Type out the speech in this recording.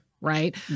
right